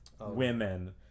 women